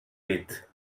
dit